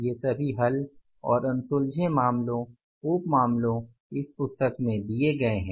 ये सभी हल और अनसुलझे मामलों उप मामलों इस पुस्तक में दिए गए हैं